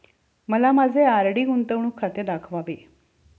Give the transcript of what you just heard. मला माझे आर.डी गुंतवणूक खाते दाखवावे